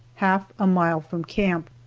half a mile from camp.